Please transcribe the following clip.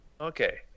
Okay